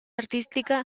artística